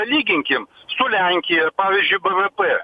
palyginkim su lenkija pavyzdžiui bvp